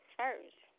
first